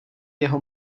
jeho